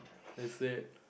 that's it